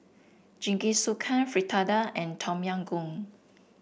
Jingisukan Fritada and Tom Yam Goong